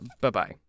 bye-bye